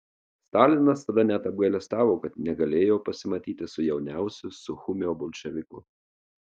stalinas tada net apgailestavo kad negalėjo pasimatyti su jauniausiu suchumio bolševiku